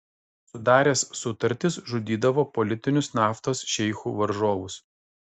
sudaręs sutartis žudydavo politinius naftos šeichų varžovus